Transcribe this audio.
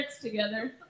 together